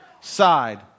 side